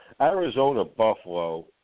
Arizona-Buffalo